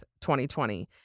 2020